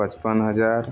पचपन हजार